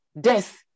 death